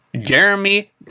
Jeremy